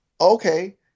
okay